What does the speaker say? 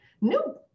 Nope